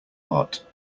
part